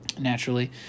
naturally